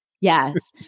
Yes